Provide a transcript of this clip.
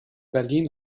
berlin